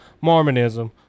Mormonism